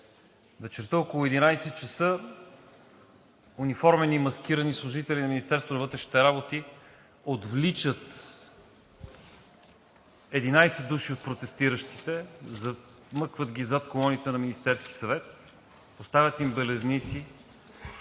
вечерта, около 11,00 часа униформени и маскирани служители на Министерството на вътрешните работи отвличат 11 души от протестиращите, замъкват ги зад колоните на Министерския съвет, поставят им белезници,